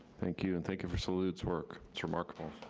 thank you, and thank you for salud's work, it's remarkable.